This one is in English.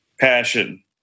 passion